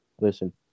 Listen